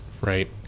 right